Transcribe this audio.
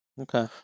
okay